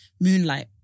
Moonlight